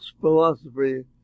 philosophy